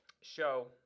show